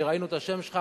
ראינו את השם שלך,